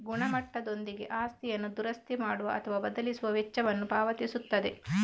ಗುಣಮಟ್ಟದೊಂದಿಗೆ ಆಸ್ತಿಯನ್ನು ದುರಸ್ತಿ ಮಾಡುವ ಅಥವಾ ಬದಲಿಸುವ ವೆಚ್ಚವನ್ನು ಪಾವತಿಸುತ್ತದೆ